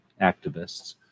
activists